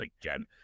again